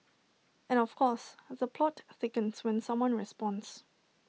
and of course the plot thickens when someone responds